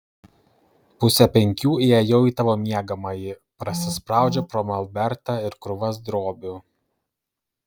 pusę penkių įėjau į tavo miegamąjį prasispraudžiau pro molbertą ir krūvas drobių